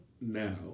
Now